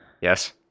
yes